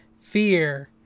fear